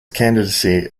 candidacy